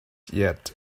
yet